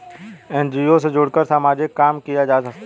NGO से जुड़कर सामाजिक काम किया जा सकता है